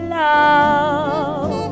love